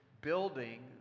building